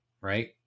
right